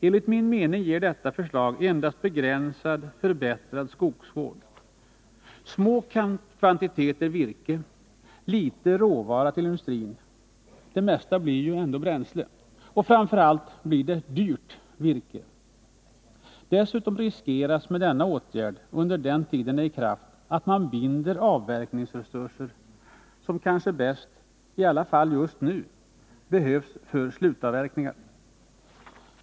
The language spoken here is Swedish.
Enligt min mening ger detta förslag endast begränsat förbättrad skogsvård, små kvantiteter virke, litet råvara till industrin — det mesta blir bränsle — och framför allt blir det dyrt virke. Dessutom riskeras med denna åtgärd under den tid den är i kraft att man binder avverkningsresurser som kanske bäst, i alla fall just nu, behövs för slutavverkningar.